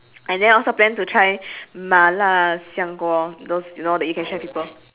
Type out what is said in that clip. and then also planning to try 麻辣香锅:ma la xiang guo those you know that you can share with people